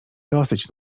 dosyć